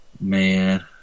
Man